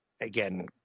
again